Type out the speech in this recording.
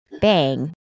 bang